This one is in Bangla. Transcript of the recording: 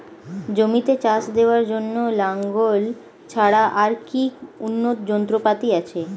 জমিতে চাষ দেওয়ার জন্য লাঙ্গল ছাড়া আর কি উন্নত যন্ত্রপাতি আছে?